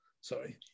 sorry